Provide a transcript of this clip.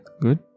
good